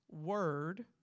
word